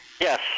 Yes